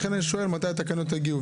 לכן, אני שואל מתי התקנות יגיעו.